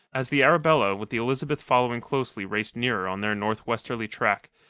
as the arabella with the elizabeth following closely raced nearer on their north-westerly tack,